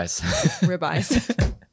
Ribeyes